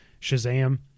Shazam